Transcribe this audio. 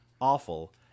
awful